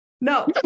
No